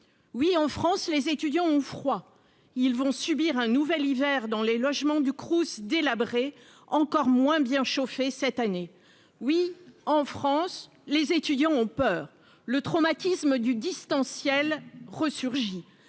oui, en France, les étudiants ont froid, ils vont subir un nouvel hiver dans les logements du Crous délabré, encore moins bien chauffé cette année oui en France, les étudiants ont peur le traumatisme du distanciel resurgit